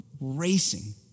racing